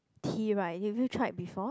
tea right have you tried before